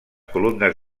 columnes